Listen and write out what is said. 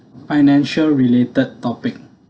financial related topic